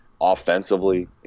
offensively